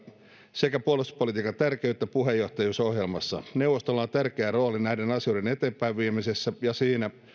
sekä puolustuspolitiikan tärkeyttä puheenjohtajuusohjelmassa neuvostolla on tärkeä rooli näiden asioiden eteenpäinviemisessä ja siinä